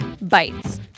bites